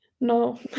No